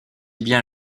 bien